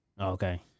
okay